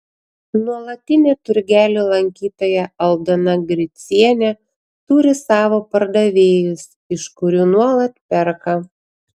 nuolatinė turgelių lankytoja aldona gricienė turi savo pardavėjus iš kurių nuolat perka